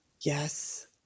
Yes